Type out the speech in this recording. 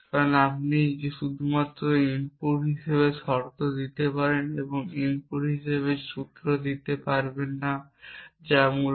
কারণ আপনি শুধুমাত্র ইনপুট হিসাবে শর্ত দিতে পারেন এবং ইনপুট হিসাবে সূত্র দিতে পারবেন না যা মূলত